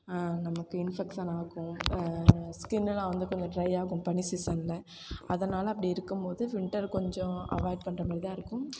நமக்கு இன்ஃபெக்ஷன் ஆகும் ஸ்கின்னுலாம் வந்து கொஞ்சம் ட்ரை ஆகும் பனி சீசனில் அதனால் அப்படி இருக்கும்போது வின்டர் கொஞ்சம் அவாய்ட் பண்றமாதிரி தான் இருக்கும்